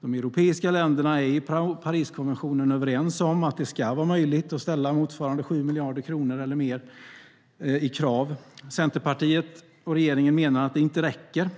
De europeiska länderna är enligt Pariskonventionen överens om att det ska vara möjligt att ställa krav motsvarande 7 miljarder kronor eller mer. Centerpartiet och regeringen menar att det inte räcker.